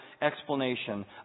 explanation